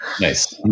Nice